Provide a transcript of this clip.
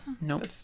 Nope